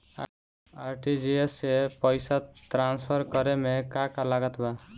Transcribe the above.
RTGS से पईसा transfer करे मे का का लागत बा?